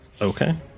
Okay